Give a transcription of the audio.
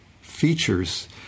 features